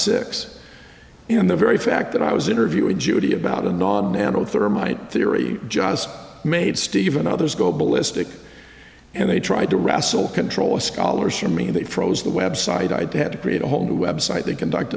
six in the very fact that i was interviewing judy about a nod and old thermite theory just made steve and others go ballistic and they tried to wrestle control of scholarship me they froze the website i had to create a whole new website they conduct